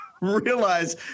realize